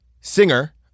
singer